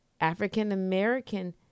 African-American